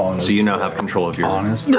so you now have control of your um yeah